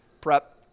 Prep